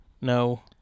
No